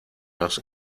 los